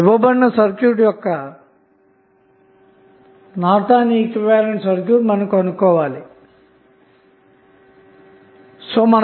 ఇవ్వబడిన సర్క్యూట్ యొక్క Norton equivalent circuit కనుక్కోవాలి అన్నమాట